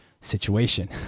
situation